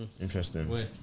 Interesting